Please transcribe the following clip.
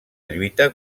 lluita